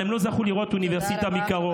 אבל הם לא זכו לראות אוניברסיטה מקרוב.